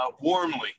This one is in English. warmly